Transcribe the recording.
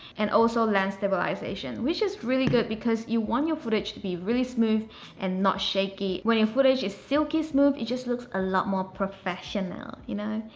and also lens stabilisation, which is really good because you want your footage to be really smooth and not shaky. when your footage is silky smooth, it just looks a lot more professional, you know!